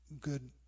good